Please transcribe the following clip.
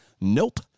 Nope